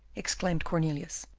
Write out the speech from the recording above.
exclaimed cornelius.